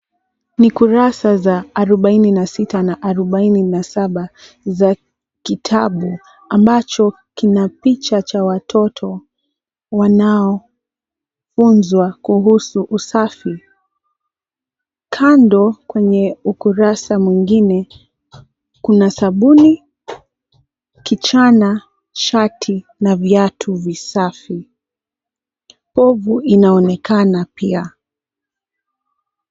Ni kurasa za 46 na 47 za kitabu ambacho kina picha cha watoto wanaofunzwa kuhusu usafi. Kando kwenye ukurasa mwingine kuna sabuni, kichana, shati na viatu visafi. Povu inaonekana pia.